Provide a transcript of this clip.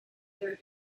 their